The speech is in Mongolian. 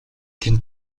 тэнд